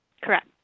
Correct